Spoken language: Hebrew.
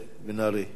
בבקשה.